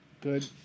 Good